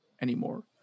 anymore